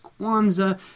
Kwanzaa